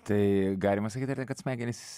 tai galima sakyt ar ne kad smegenys